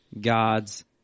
God's